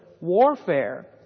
warfare